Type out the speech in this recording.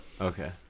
Okay